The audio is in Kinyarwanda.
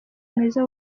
mwiza